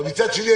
אבל מצד שני,